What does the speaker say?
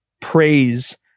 praise